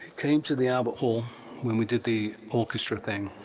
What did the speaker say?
came to the albert hall when we did the orchestra thing,